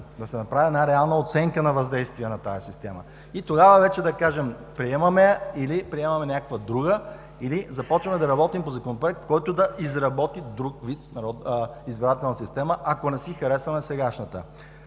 да се направи една реална оценка на въздействие на тази система и тогава вече да кажем приемаме я, или приемаме някаква друга, или започваме да работим по законопроект, който да изработи друг вид избирателна система, ако не си харесваме сегашната.